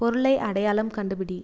பொருளை அடையாளம் கண்டுபிடி